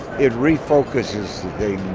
it refocuses